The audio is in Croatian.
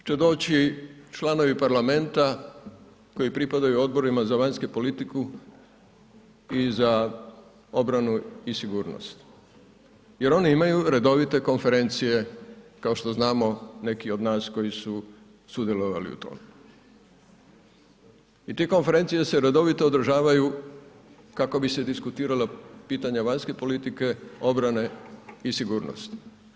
Ovdje u Zagrebu, će doći članovi parlamenta koji pripadaju Odboru za vanjsku politiku i za obranu i sigurnost jer oni imaju redovite konferencije, kao što znamo, neki od nas koji su sudjelovali u tome i te konferencije se redovito održavaju kako bi se diskutiralo pitanje vanjske politike, obrane i sigurnosti.